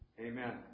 Amen